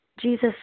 Jesus